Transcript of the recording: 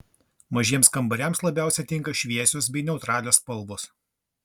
mažiems kambariams labiausiai tinka šviesios bei neutralios spalvos